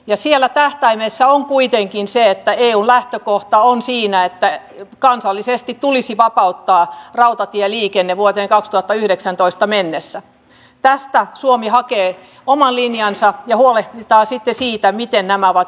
ja se että eun lähtökohta on siinä että kansallisesti tulisi vapauttaa rautatieliikenne vuoteen to be yhdeksäntoista mennessä päästä suomi hakee omaa linjaansa ja muualle tai sitten siitä miten nämä ovat